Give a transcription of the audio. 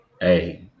Hey